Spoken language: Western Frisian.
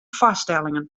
foarstellingen